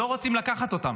לא רוצים לקחת אותם.